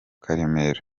karemera